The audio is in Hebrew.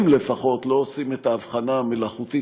הם לפחות לא עושים את ההבחנה המלאכותית